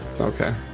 Okay